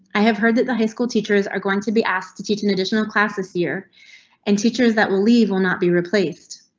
i have heard that the high school teachers are going to be asked to teach an additional class this year and teachers that will leave will not be replaced.